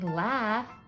laugh